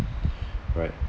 right